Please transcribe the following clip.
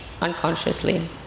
unconsciously